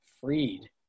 Freed